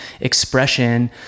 expression